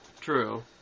true